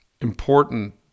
important